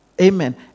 Amen